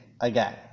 again